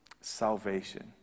salvation